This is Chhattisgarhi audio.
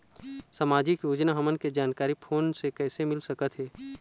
सामाजिक योजना हमन के जानकारी फोन से कइसे मिल सकत हे?